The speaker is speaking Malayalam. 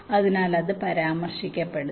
അതിനാൽ അത് പരാമർശിക്കപ്പെടുന്നു